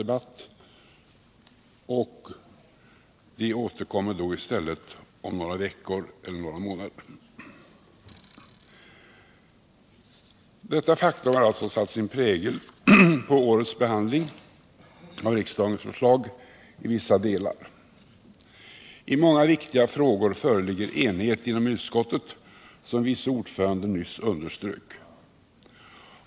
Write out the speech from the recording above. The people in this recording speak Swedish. Vi får alltså tillfälle att återkomma om några veckor eller någon månad. Detta faktum har alltså satt sin prägel på utskottets behandling av regeringens förslag. I många viktiga frågor föreligger enighet inom utskottet, såsom vice ordföranden nyss underströk.